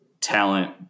talent